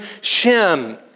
Shem